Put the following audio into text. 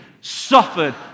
suffered